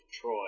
Troy